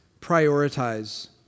prioritize